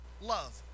Love